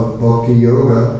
bhakti-yoga